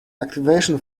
activation